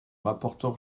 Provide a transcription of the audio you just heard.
rapporteur